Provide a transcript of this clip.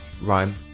rhyme